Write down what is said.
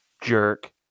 jerk